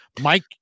Mike